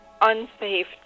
unsafe